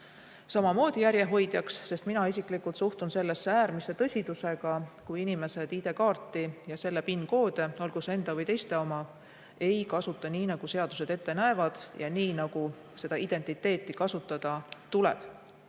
samamoodi järjehoidjaks. Mina isiklikult suhtun sellesse äärmise tõsidusega, kui inimesed ID-kaarti ja selle PIN-koode, olgu need enda või teiste omad, ei kasuta nii, nagu seadused ette näevad, nii, nagu seda identiteeti kasutada tuleb.